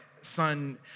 son